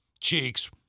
cheeks